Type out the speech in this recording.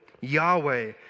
Yahweh